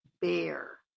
bear